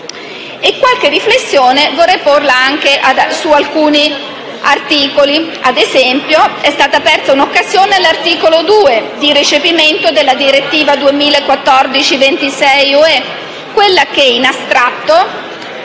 Qualche riflessione vorrei porre anche su alcuni articoli: è stata - ad esempio - persa l'occasione, all'articolo 2, di recepimento della direttiva 2014/26/UE, quella che in astratto